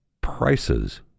prices